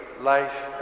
life